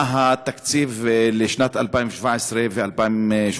מה התקציב לשנים 2017 ו-2018?